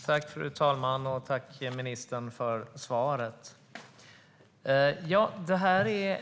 Fru talman! Tack, ministern, för svaret!